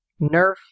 Nerf